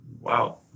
Wow